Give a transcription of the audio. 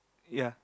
ya